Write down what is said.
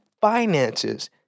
finances